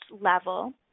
level